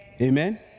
Amen